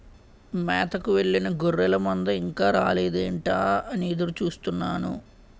మేతకు వెళ్ళిన గొర్రెల మంద ఇంకా రాలేదేంటా అని ఎదురు చూస్తున్నాను